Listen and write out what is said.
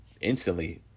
instantly